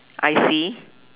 I C